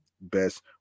best